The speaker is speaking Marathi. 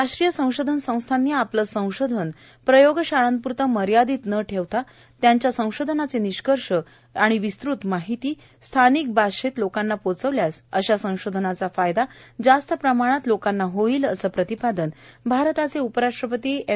राष्ट्रीय संशोधन संस्थांनी आपले संशोधन प्रयोगशाळेपर्यंत मर्यादित न ठेवता वैज्ञानिक संशोधनाचे निष्कर्ष तसंच त्यांची विस्तृत माहिती ही स्थानिक भाषेत लोकांपर्यंत पोहोचवल्यास अशा संशोधनाचा फायदा जास्त प्रमाणात लोकांना होईल असं प्रतिपादन भारताचे उपराष्ट्रपती एम